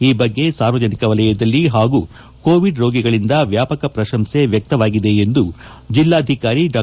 ಈ ಬಗ್ಗೆ ಸಾರ್ವಜನಿಕ ವಲಯದಲ್ಲಿ ಹಾಗೂ ಕೋವಿಡ್ ರೋಗಿಗಳಿಂದ ವ್ಯಾಪಕ ಪ್ರಶಂಸೆ ವ್ಯಕ್ತವಾಗಿದೆ ಎಂದು ಜಿಲ್ಲಾಧಿಕಾರಿ ಡಾ